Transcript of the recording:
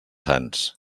sants